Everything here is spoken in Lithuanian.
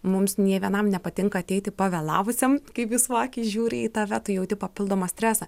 mums nė vienam nepatinka ateiti pavėlavusiam kai visų akys žiūri į tave tu jauti papildomą stresą